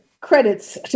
credits